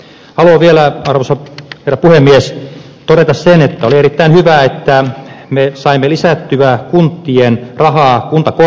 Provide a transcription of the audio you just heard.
haluan vielä arvoisa herra puhemies todeta sen että oli erittäin hyvä että me saimme lisättyä kuntien rahaa kuntakorvauksiin